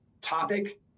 topic